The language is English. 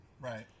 Right